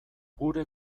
gure